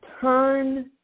Turn